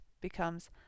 becomes